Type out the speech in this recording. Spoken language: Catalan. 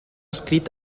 escrit